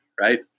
right